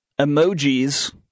Emojis